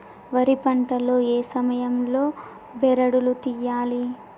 వరి పంట లో ఏ సమయం లో బెరడు లు తియ్యాలి?